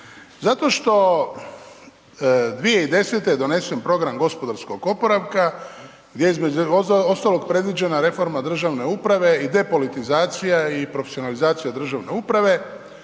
Zato što 2010. donesen je program gospodarskog oporavka, gdje je između ostalog predviđena reforma državne uprave i depolitizacija i profesionalizacija državne uprave.